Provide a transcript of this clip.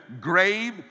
grave